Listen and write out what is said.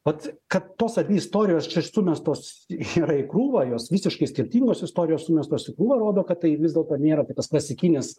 vat kad tos abi istorijos čia sumestos yra į krūvą jos visiškai skirtingos istorijos sumestos į krūvą rodo kad tai vis dėlto nėra tas klasikinis